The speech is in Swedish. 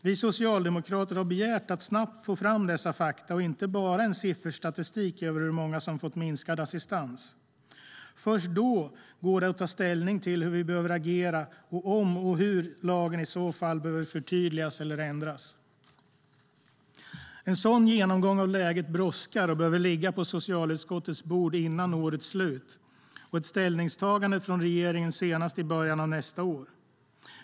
Vi socialdemokrater har begärt att snabbt få fram dessa fakta och inte bara en sifferstatistik över hur många som fått minskad assistans. Först då går det att ta ställning till hur vi behöver agera och om och hur lagen i så fall behöver förtydligas eller ändras. En sådan genomgång av läget brådskar och behöver ligga på socialutskottets bord innan årets slut, och ett ställningstagande från regeringen behöver komma senast i början av nästa år.